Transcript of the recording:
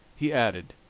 he added